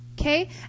okay